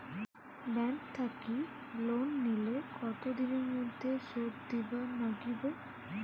Bank থাকি loan নিলে কতো দিনের মধ্যে শোধ দিবার নাগিবে?